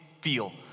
feel